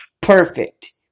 Perfect